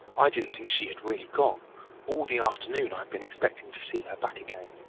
i didn't think she had really gone all the afternoon i've been expecting to see her back again.